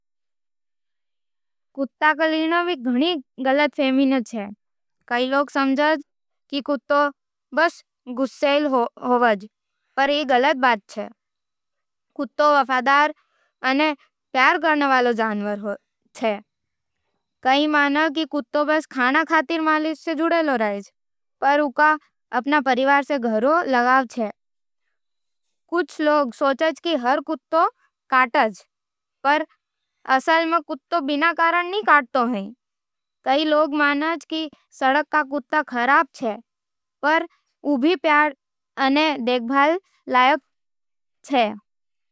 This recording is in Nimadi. कुत्ता को लई कई गलतफहमी हो। कई लोग समझे की कुत्ता बस गुस्सैल होवे, पर ई गलत होवे। कुत्ता वफादार अने प्यार करनार जनावर होवे। कई माने की कुत्ता बस खाना खातिर मालिक से जुड़े रएज़ पर उँका अपन परिवार से गहरो लगाव होवे। कुछ लोग सोचा कि कुत्तों काटते हैं पर वह बिना कारण नहीं काटतो है। कई लोग मनोज की सड़क का कुत्ता खराब छे पर वह भी प्यार और दुलार के लायक है।